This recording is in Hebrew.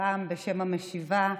והפעם בשם המשיבה,